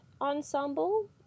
ensemble